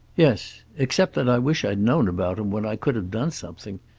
yes. except that i wish i'd known about him when i could have done something.